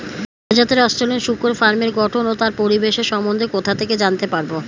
ভাল জাতের অস্ট্রেলিয়ান শূকরের ফার্মের গঠন ও তার পরিবেশের সম্বন্ধে কোথা থেকে জানতে পারবো?